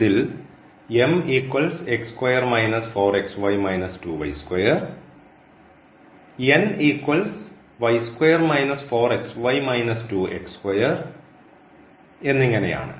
ഇതിൽ എന്നിങ്ങനെയാണ്